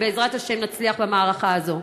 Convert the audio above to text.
ובעזרת השם נצליח במערכה הזאת.